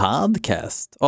Podcast